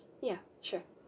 ya sure